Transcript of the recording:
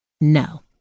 No